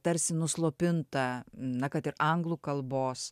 tarsi nuslopinta na kad ir anglų kalbos